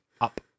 up